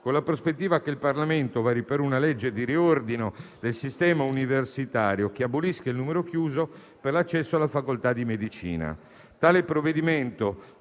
con la prospettiva che il Parlamento vari una legge di riordino del sistema universitario che abolisca il numero chiuso per l'accesso alla facoltà di medicina. Tale provvedimento